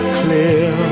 clear